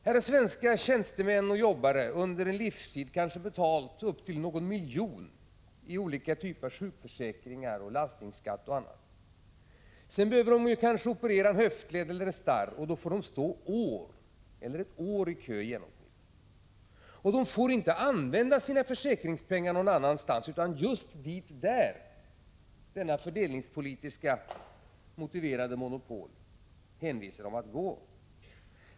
Sedan svenska tjänstemän och jobbare under en livstid betalt upp till 1 miljon för olika typer av sjukförsäkring, i landstingsskatt och annat, behöver de kanske operera en höftled eller starr. Då får de stå i kö ett år i genomsnitt. Och de får inte använda sina försäkringspengar någon annanstans utom just där dit detta fördelningspolitiskt motiverade monopol hänvisar dem att gå.